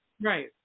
Right